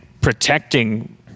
protecting